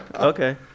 Okay